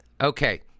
Okay